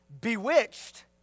bewitched